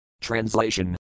Translation